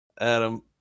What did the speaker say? adam